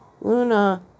Luna